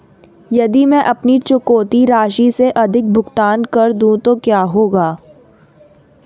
यदि मैं अपनी चुकौती राशि से अधिक भुगतान कर दूं तो क्या होगा?